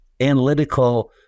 analytical